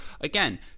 again